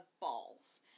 balls